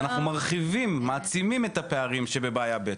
אנחנו מרחיבים, מעצימים את הפערים שבבעיה ב'.